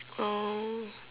oh